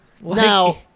Now